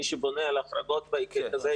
מי שבונה על החרגות בהיקף כזה,